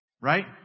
Right